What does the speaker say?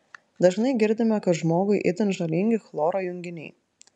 dažnai girdime kad žmogui itin žalingi chloro junginiai